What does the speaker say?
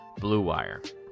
BlueWire